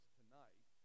tonight